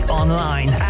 online